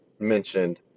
mentioned